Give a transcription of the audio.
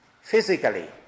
Physically